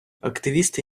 активісти